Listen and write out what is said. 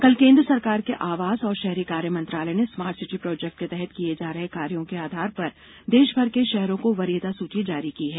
कल केंद्र सरकार के आवास और शहरी कार्य मंत्रालय ने स्मार्ट सिटी प्रोजेक्ट के तहत किए जा रहे कार्यों के आधार पर देषभर के षहरों को वरीयता सूची जारी की है